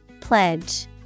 Pledge